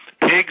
Pigs